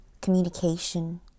communication